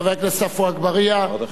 חבר הכנסת עפו אגבאריה, עוד אחד?